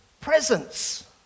presence